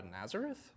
Nazareth